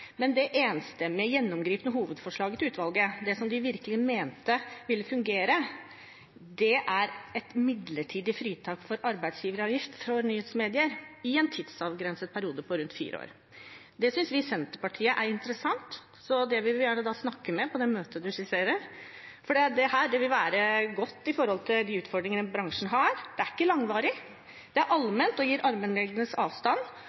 Men det enstemmige, gjennomgripende hovedforslaget til utvalget, det de virkelig mente ville fungere, er et midlertidig fritak for arbeidsgiveravgift for nyhetsmedier i en tidsavgrenset periode på rundt fire år. Det synes vi i Senterpartiet er interessant, så det vil vi gjerne snakke om på det møtet statsråden skisserer. For dette vil være godt når det gjelder de utfordringene bransjen har. Det er ikke langvarig, er allment og gir armlengdes avstand. Selv om det vil koste litt, er